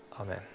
Amen